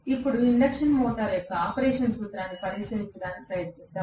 ఇప్పుడు induction motor యొక్క operation సూత్రాన్ని పరిశీలించడానికి ప్రయత్నిద్దాం